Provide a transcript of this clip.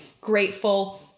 grateful